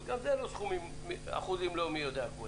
גם זה לא אחוזים לא מי יודע מה גבוהים,